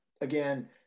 again